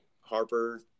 Harper